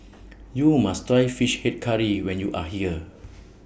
YOU must Try Fish Head Curry when YOU Are here